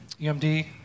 UMD